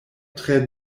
tre